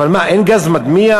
אבל מה, אין גז מדמיע?